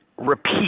repeat